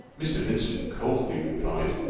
mr. vincent coldly replied,